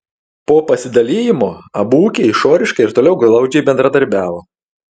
po pasidalijimo abu ūkiai išoriškai ir toliau glaudžiai bendradarbiavo